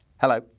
Hello